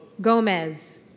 Gomez